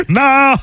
nah